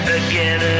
again